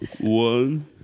One